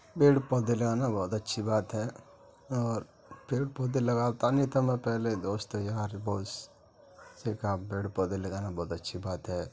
پیڑ پودے لگانا بہت اچھی بات ہے اور پیڑ پودے لگاتا نہیں تھا میں پہلے دوست یار بہت سے کہا پیڑ پودے لگانا بہت اچھی بات ہے